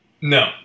No